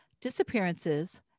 disappearances